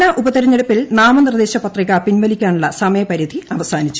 പാലാ ഉപതെരഞ്ഞെടുപ്പിൽ നാമനിർദ്ദേശ പത്രിക പിൻവലിക്കാനുള്ള സമയപരിധി അവസാനിച്ചു